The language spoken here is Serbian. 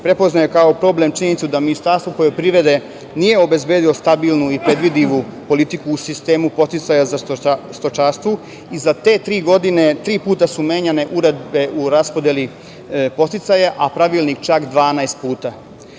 prepoznaje kao problem činjenicu da Ministarstvo poljoprivrede nije obezbedilo stabilnu i predvidivu politiku u sistemu podsticaja za stočarstvo i za te tri godine tri puta su menjane uredbe u raspodeli podsticaja, a pravilnik čak 12